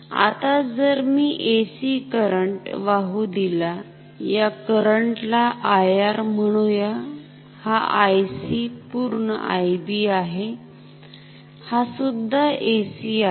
आता जर मी AC करंट वाहु दिला या करंट ला IR म्हणुया हा IC पूर्ण IB आहे हा सुद्धा AC आहे